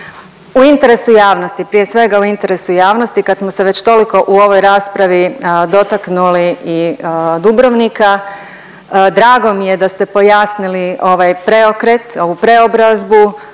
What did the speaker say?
u interesu javnosti, prije svega u interesu javnosti kad smo se već toliko u ovoj raspravi dotaknuli i Dubrovnika, drago mi je da ste pojasnili ovaj preokret, ovu preobrazbu